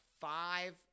Five